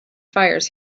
fires